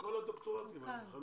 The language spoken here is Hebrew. לכל הדוקטורנטים האלה.